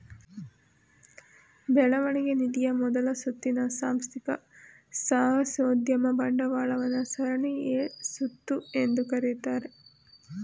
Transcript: ಬೆಳವಣಿಗೆ ನಿಧಿಯ ಮೊದಲ ಸುತ್ತಿನ ಸಾಂಸ್ಥಿಕ ಸಾಹಸೋದ್ಯಮ ಬಂಡವಾಳವನ್ನ ಸರಣಿ ಎ ಸುತ್ತು ಎಂದು ಕರೆಯುತ್ತಾರೆ